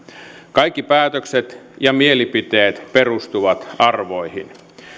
kaikki päätökset ja mielipiteet perustuvat arvoihin